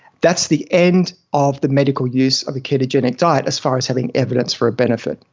that's the end of the medical use of a ketogenic diet, as far as having evidence for a benefit.